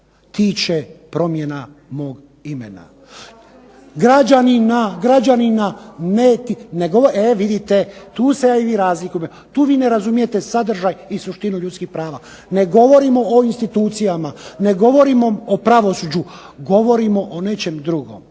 tiče promjena mog imena. Građanina… … /Upadica se ne razumije./… E vidite, tu se ja i vi razlikujemo. Tu vi ne razumijete sadržaj i suštinu ljudskih prava. Ne govorimo o institucijama, ne govorimo o pravosuđu, govorimo o nečem drugom.